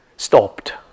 stopped